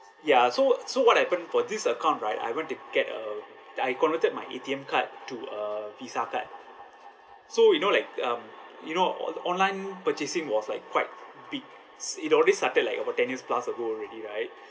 ya so so what happened for this account right I went to get a I converted my A_T_M card to uh visa card so you know like um you know on~ online purchasing was like quite big it already started like about ten years plus ago already right